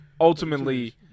ultimately